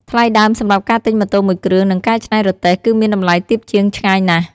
ថ្លៃដើមសម្រាប់ការទិញម៉ូតូមួយគ្រឿង និងកែច្នៃរទេះ គឺមានតម្លៃទាបជាងឆ្ងាយណាស់។